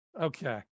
okay